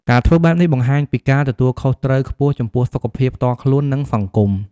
ការធ្វើបែបនេះ បង្ហាញពីការទទួលខុសត្រូវខ្ពស់ចំពោះសុខភាពផ្ទាល់ខ្លួន និងសង្គម។